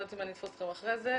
לא יודעת אם אני אתפוס אותם אחרי זה,